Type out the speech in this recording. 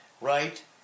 right